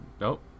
Nope